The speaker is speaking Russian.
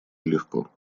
нелегко